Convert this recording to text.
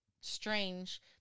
strange